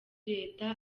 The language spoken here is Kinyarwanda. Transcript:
leta